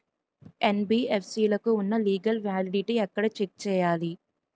NBFC లకు ఉన్నా legal validity ఎక్కడ చెక్ చేయాలి?